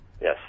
Yes